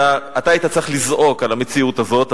אתה היית צריך לזעוק על המציאות הזאת,